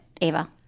Ava